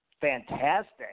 fantastic